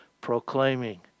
Proclaiming